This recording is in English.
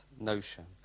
notion